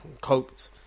Coped